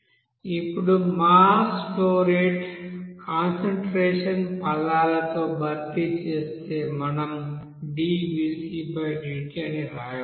ఇప్పుడు mass flow రేటును concentration పదాలతో భర్తీ చేస్తే మనం ddt అని వ్రాయవచ్చు